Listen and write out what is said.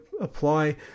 apply